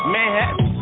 Manhattan